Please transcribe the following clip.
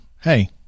hey